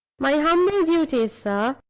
my humble duty, sir,